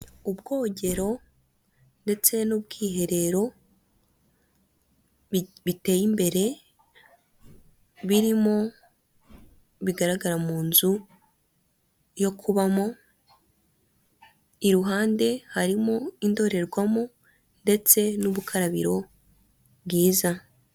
Ubwogero ndetse n'ubwiherero biteye imbere birimo bigaragara mu nzu yo kubamo iruhande harimo indorerwamo ndetse n'ubukarabiro bwiza.